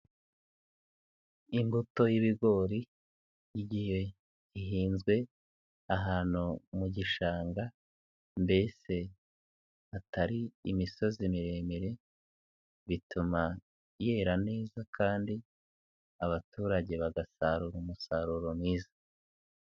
Imbuto y'ibigori igihe ihinzwe ahantu mu gishanga, mbese hatari imisozi miremire, bituma yera neza kandi abaturage bagasarura umusaruro mwiza.